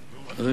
אדוני היושב-ראש,